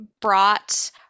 brought